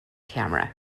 camera